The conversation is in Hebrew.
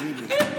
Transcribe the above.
תגיד לי.